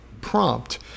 prompt